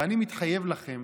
ואני מתחייב לכם